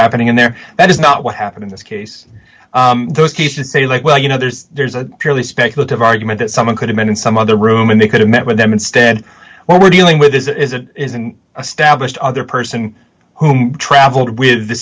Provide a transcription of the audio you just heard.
happening in there that is not what happened in this case those cases say like well you know there's there's a purely speculative argument that someone could have been in some other room and they could have met with them instead what we're dealing with is it isn't a stablished other person whom traveled with the